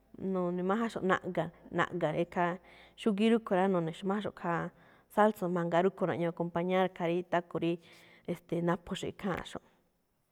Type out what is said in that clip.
Nu̱ne̱májánxo̱ꞌ na̱ꞌga̱, na̱ꞌga̱ ekhaa. Xúgíí rúꞌkhue̱n rá, nune̱xo̱ májánxo̱ꞌ khaa sálso̱o̱ mangaa. Rúꞌkhue̱n naꞌñuu acompañar khaa rí taco rí, e̱ste̱e̱, naphóxo̱ꞌ ikháanꞌxo̱ꞌ.